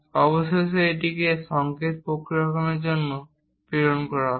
এবং অবশেষে এটিকে সংকেত প্রক্রিয়াকরণের জন্য প্রেরণ করা হয়